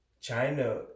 China